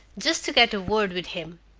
just to get a word with him.